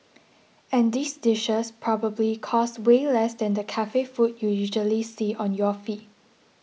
and these dishes probably cost way less than the cafe food you usually see on your feed